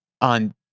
on